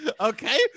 Okay